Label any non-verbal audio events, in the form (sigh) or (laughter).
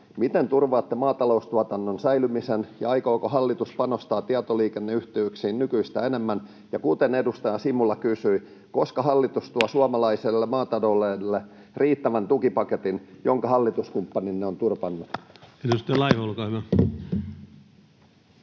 miten turvaatte maataloustuotannon säilymisen, ja aikooko hallitus panostaa tietoliikenneyhteyksiin nykyistä enemmän? Ja kuten edustaja Simula kysyi, koska hallitus tuo (noise) suomalaiselle maataloudelle riittävän tukipaketin, jonka hallituskumppaninne ovat torpanneet? Edustaja Laiho, olkaa hyvä.